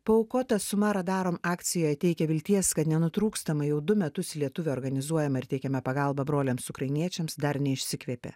paaukota suma radarom akcijoj teikia vilties kad nenutrūkstamai jau du metus lietuvių organizuojame ir teikiame pagalbą broliams ukrainiečiams dar neišsikvėpė